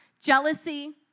Jealousy